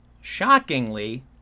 shockingly